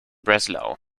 breslau